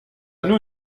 nous